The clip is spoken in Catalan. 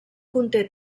conté